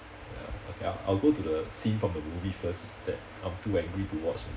ya okay I'll I'll go to the scene from the movie first that I'm too angry to watch